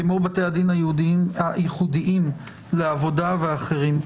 כמו בתי הדין היחודיים לעבודה ואחרים.